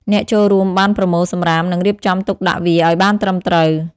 អ្នកចូលរួមបានប្រមូលសំរាម និងរៀបចំទុកដាក់វាឱ្យបានត្រឹមត្រូវ។